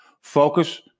Focus